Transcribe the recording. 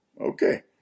Okay